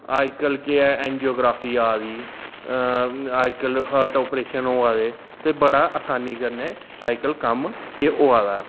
अजकल केह् ऐ एनजियोग्राफी आ दी अजकल हार्ट ऑपरेशन होआ दे ते बड़ा असानी कन्नै एह् कम्म होआ दा